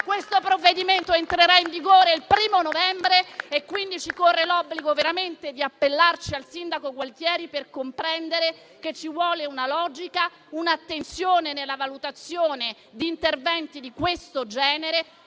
Questo provvedimento entrerà in vigore il 1° novembre, quindi ci corre l'obbligo veramente di appellarci al sindaco Gualtieri per fargli comprendere che ci vogliono logica e attenzione nella valutazione di interventi di questo genere.